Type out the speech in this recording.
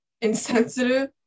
insensitive